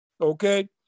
okay